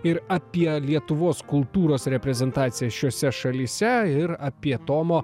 ir apie lietuvos kultūros reprezentaciją šiose šalyse ir apie tomo